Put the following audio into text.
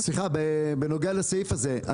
--- בנוגע לסעיף הזה,